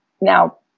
Now